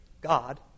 God